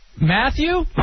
Matthew